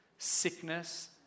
Sickness